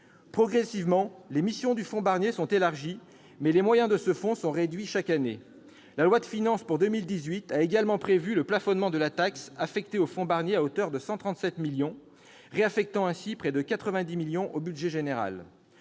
Progressivement, les missions du fonds Barnier sont élargies, mais les moyens de ce dernier sont réduits chaque année. La loi de finances pour 2018 a également prévu le plafonnement de la taxe dévolue au fonds Barnier à hauteur de 137 millions d'euros, réaffectant ainsi près de 90 millions au budget général.